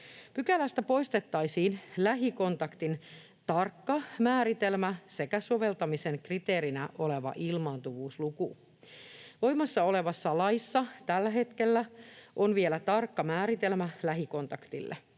Pykälästä poistettaisiin lähikontaktin tarkka määritelmä sekä soveltamisen kriteerinä oleva ilmaantuvuusluku. Voimassa olevassa laissa on vielä tällä hetkellä tarkka määritelmä lähikontaktille.